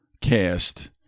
cast